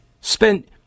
spent